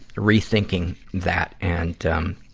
rethinking that, and um,